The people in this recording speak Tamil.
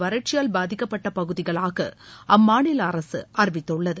வறட்சியால் பாதிக்கப்பட்ட பகுதிகளாக அம்மாநில அரசு அறிவித்துள்ளது